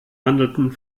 handelten